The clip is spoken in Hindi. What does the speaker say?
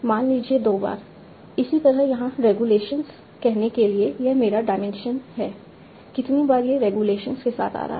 मान लीजिए 2 बार इसी तरह यहाँ रेगुलेशंस कहने के लिए यह मेरा डायमेंशन है कितनी बार यह रेगुलेशंस के साथ आ रहा है